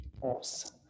Awesome